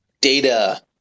data